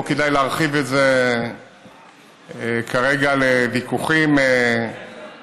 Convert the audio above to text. לא כדאי להרחיב את זה כרגע לוויכוחים ערכיים.